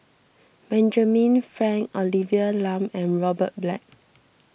Benjamin Frank Olivia Lum and Robert Black